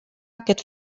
aquest